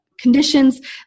conditions